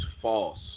false